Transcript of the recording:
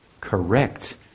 correct